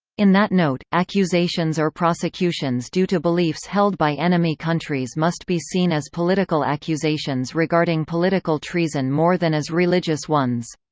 in that note, accusations or prosecutions due to beliefs held by enemy countries must be seen as political accusations regarding political treason more than as religious ones.